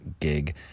gig